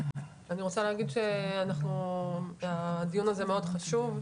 אני רוצה להגיד שהדיון הזה הוא מאוד חשוב,